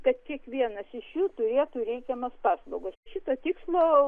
kad kiekvienas iš jų turėtų reikiamas paslaugas šito tikslo